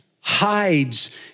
hides